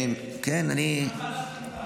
גם ועדת חוקה.